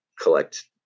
collect